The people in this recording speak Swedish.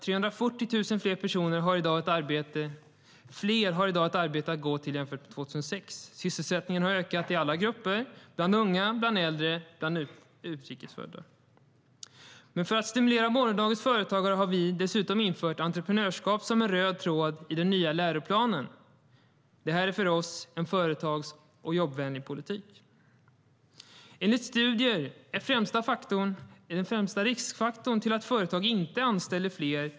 340 000 fler personer har i dag ett arbete att gå till jämfört med 2006. Sysselsättningen har ökat i alla grupper: bland unga, bland äldre och bland utrikesfödda. För att stimulera morgondagens företagare har vi dessutom infört entreprenörskap som en röd tråd i den nya läroplanen. Det här är för oss en företagsvänlig och jobbvänlig politik. Enligt studier är sjuklöneansvaret den främsta riskfaktorn till att företag inte anställer fler.